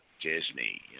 Disney